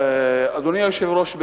אדוני היושב-ראש,